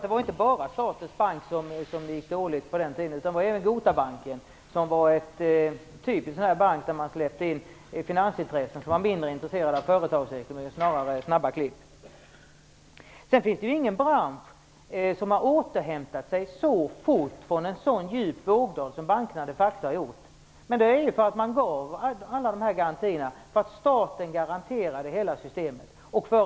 Det var inte bara statens bank som gick dåligt på den tiden, utan även Gotabanken, som var en typisk sådan bank där man släppte in finansintressen som var mindre intresserade av företagsekonomi än av snabba klipp. Det finns ingen bransch som har återhämtat sig så fort från en sådan djup vågdal som bankerna de facto har gjort. De har kunnat göra det eftersom man gav alla dessa garantier. Staten garanterade hela systemet.